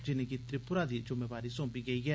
जिनेंगी त्रिपुरा दी जुम्मेवारी सौंपीगेई ऐ